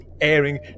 airing